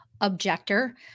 objector